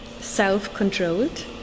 self-controlled